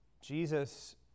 Jesus